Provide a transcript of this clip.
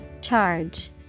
Charge